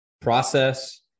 process